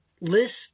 list